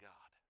God